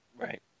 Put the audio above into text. Right